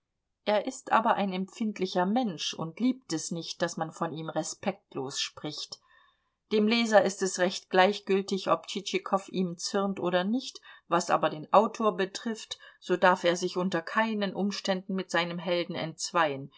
er ist aber ein empfindlicher mensch und liebt es nicht daß man von ihm respektlos spricht dem leser ist es recht gleichgültig ob tschitschikow ihm zürnt oder nicht was aber den autor betrifft so darf er sich unter keinen umständen mit seinem helden entzweien